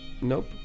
Nope